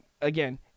again